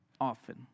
often